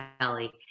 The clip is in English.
Kelly